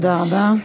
תודה רבה.